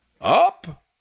up